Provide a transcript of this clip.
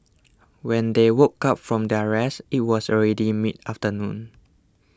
when they woke up from their rest it was already mid afternoon